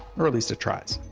or, at least, it tries.